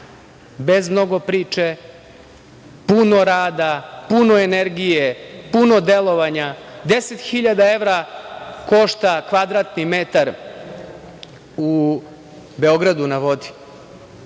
bez mnogo priče, puno rada, puno energije, puno delovanja? Deset hiljada evra košta metar kvadratni u „Beogradu na vodi“